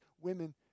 women